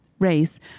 Race